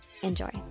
Enjoy